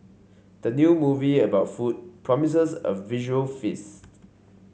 the new movie about food promises a visual feast